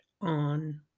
on